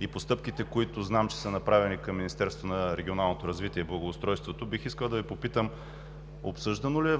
и постъпките, които знам, че са направени към Министерството на регионалното развитие и благоустройството, бих искал да Ви попитам: обсъждано ли е